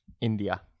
India